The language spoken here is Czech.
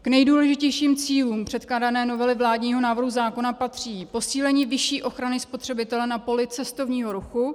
K nejdůležitějším cílům předkládané novely vládního návrhu zákona patří posílení vyšší ochrany spotřebitele na poli cestovního ruchu;